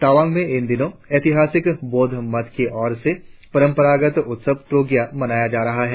तवांग में इन दिनों ऐतिहासिक बौद्ध मठ की ओर से परंपरागत उत्सव ट्रोग्या मनाया जा रहा है